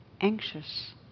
anxious